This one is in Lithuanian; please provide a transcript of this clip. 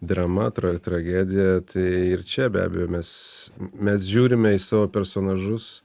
drama atrodo tragedija tai ir čia be abejo mes mes žiūrime į savo personažus